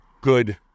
good